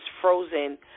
frozen